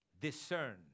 Discern